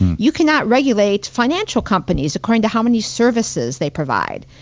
you cannot regulate financial companies according to how many services they provide,